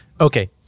Okay